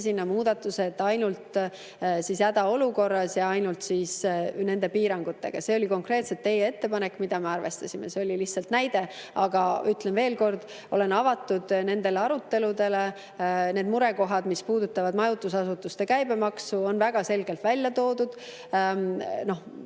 sisse muudatused, et ainult hädaolukorras ja ainult nende piirangutega. See oli konkreetselt teie ettepanek, mida me arvestasime. See oli lihtsalt näide. Aga ütlen veel kord: olen avatud aruteludele. Need murekohad, mis puudutavad majutusasutuste käibemaksu, on väga selgelt välja toodud. Nende